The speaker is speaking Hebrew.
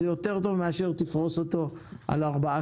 זה יותר טוב מאשר שתפרוס אותו על ארבעה